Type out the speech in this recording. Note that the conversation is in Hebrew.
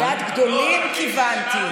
לדעת גדולים כיוונתי.